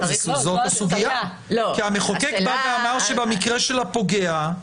זאת הסוגיה, כי המחוקק אמר שבמקרה של הפוגע,